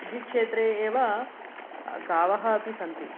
कृषिक्षेत्रे एव गावः अपि सन्ति